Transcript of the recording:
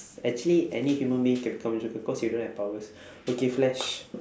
actually any human being can become joker cause he don't have powers okay flash